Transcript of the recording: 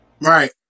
right